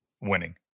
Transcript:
winning